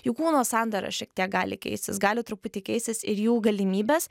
jų kūno sandara šiek tiek gali keistis gali truputį keistis ir jų galimybės